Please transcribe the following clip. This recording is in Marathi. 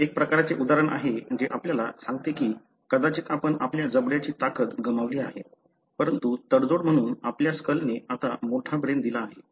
हे एक प्रकारचे उदाहरण आहे जे आपल्याला सांगते की कदाचित आपण आपल्या जबड्याची ताकद गमावली आहे परंतु तडजोड म्हणून आपल्या स्कलने आता मोठा ब्रेन दिला आहे